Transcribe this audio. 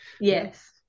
Yes